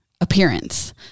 appearance